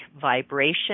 vibration